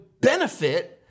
benefit